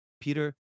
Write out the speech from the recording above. Peter